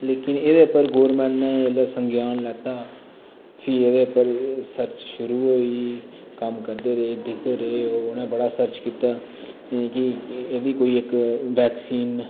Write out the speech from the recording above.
लेकिन एह्दे उप्पर गोरमेंट नै जिल्लै संज्ञान लैता फ्ही एह्दे उप्पर सर्च शुरू होई कम्म करदे रेह् दिक्खदे रेह् उ'नैं बड़ा सर्च कीता एह् गी एह्दी कोई इक वैक्सीन